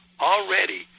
already